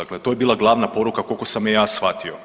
Dakle, to bi bila glavna poruka koliko sam je ja shvatio.